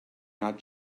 not